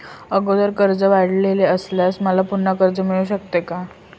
अगोदर कर्ज काढलेले असल्यास मला पुन्हा कर्ज मिळू शकते का?